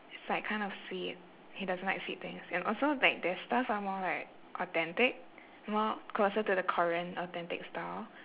it's like kind of sweet he doesn't like sweet things and also like their stuff are more like authentic more closer to the korean authentic style